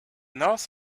north